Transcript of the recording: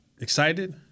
excited